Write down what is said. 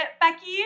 Becky